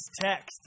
text